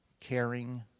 caring